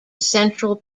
central